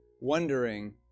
wondering